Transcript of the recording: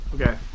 okay